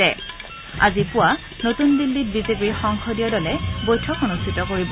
কৌশলগত আজি পুৱা নতুন দিল্লীত বিজেপিৰ সংসদীয় দলে বৈঠক অনুষ্ঠিত হ'ব